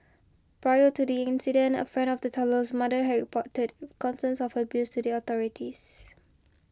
prior to the incident a friend of the toddler's mother had reported concerns of abuse to the authorities